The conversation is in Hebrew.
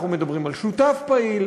אנחנו מדברים על שותף פעיל.